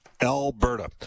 Alberta